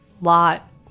lot